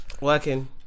Working